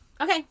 Okay